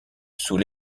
sous